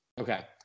Okay